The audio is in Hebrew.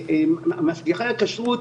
משגיחי הכשרות,